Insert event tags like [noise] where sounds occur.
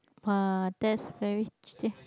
!wah! that's very [noise]